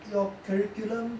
your curriculum